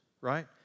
right